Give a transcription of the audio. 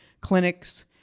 clinics